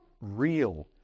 real